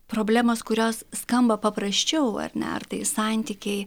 problemos kurios skamba paprasčiau ar ne ar tai santykiai